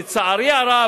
לצערי הרב,